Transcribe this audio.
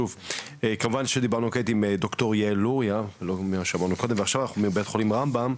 כמובן שדיברנו כעת עם דר' יעל לוריא מבית החולים רמב"ם,